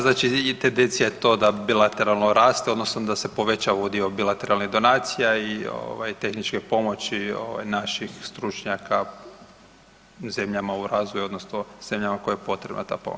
Znači tendencija je to da bilateralno raste, odnosno da se poveća udio bilateralnih donacija i tehničke pomoći naših stručnjaka zemljama u razvoju, odnosno zemljama kojima je potrebna ta pomoć.